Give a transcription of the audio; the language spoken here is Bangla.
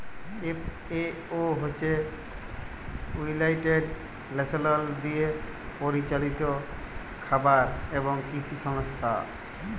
এফ.এ.ও হছে ইউলাইটেড লেশলস দিয়ে পরিচালিত খাবার এবং কিসি সংস্থা